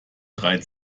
drei